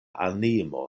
animo